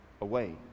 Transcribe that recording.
away